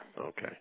Okay